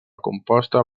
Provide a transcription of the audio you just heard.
composta